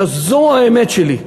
אלא זו האמת שלי.